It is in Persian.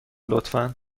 لطفا